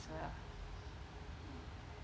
as a